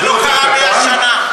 הממשלה, זה לא קרה 100 שנה.